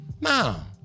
Mom